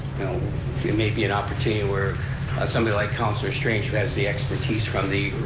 may be an opportunity where somebody like councilor strange, who has the expertise from the,